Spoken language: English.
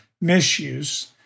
misuse